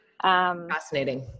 Fascinating